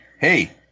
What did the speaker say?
Hey